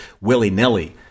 willy-nilly